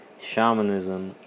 shamanism